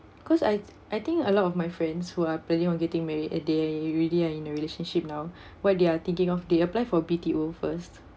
cause I I think a lot of my friends who are planning on getting married uh they already are in a relationship now what they are thinking of they apply for B_T_O first